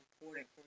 important